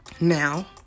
now